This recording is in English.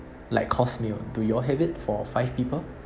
like course meal do you all have it for five people